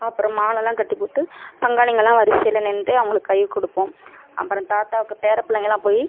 அப்புறம் மாலைலாம் கட்டிப்போட்டு பங்காளிங்கெல்லாம் வரிசையில் நின்றுட்டு அவர்களுக்கு கை கொடுப்போம் அப்புறம் தாத்தாக்கு பேரன் பிள்ளங்கல்லாம் போய்